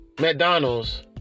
McDonald's